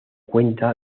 cuenta